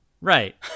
Right